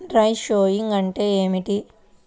Dry sowing అంటే ఏమిటి?